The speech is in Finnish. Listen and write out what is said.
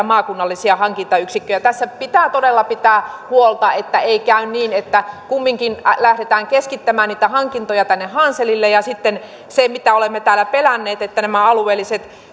maakunnallisia hankintayksikköjä tässä pitää todella pitää huolta että ei käy niin että kumminkin lähdetään keskittämään hankintoja hanselille ja sitten mitä olemme täällä pelänneet alueelliset